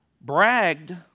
bragged